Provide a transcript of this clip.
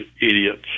idiots